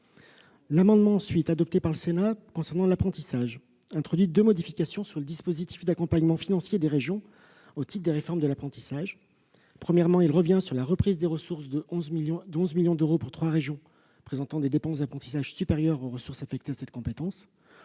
amendement adopté par le Sénat introduit deux modifications du dispositif d'accompagnement financier des régions au titre de la réforme de l'apprentissage. Premièrement, il revient sur la reprise des ressources de 11 millions d'euros pour trois régions présentant des dépenses d'apprentissage supérieures aux ressources affectées à cette compétence.